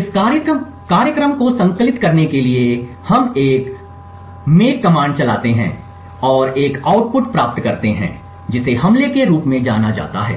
इस कार्यक्रम को संकलित करने के लिए हम एक make कमांड चलाते हैं और एक आउटपुट प्राप्त करते हैं जिसे हमले के रूप में जाना जाता है